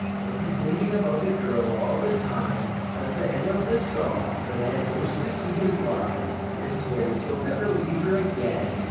and he's thinking about the girl all the time. at the end of the song, the man hopes to see his love and swears he'll never leave her again.